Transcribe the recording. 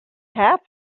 have